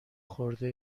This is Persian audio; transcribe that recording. خورده